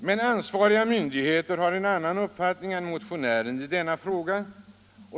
Men ansvariga myndigheter har en annan uppfattning än motionären i denna fråga.